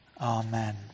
Amen